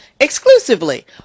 exclusively